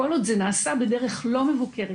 כל עוד זה נעשה בדרך לא מבוקרת,